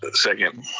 ah second.